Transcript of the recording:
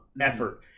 effort